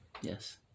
yes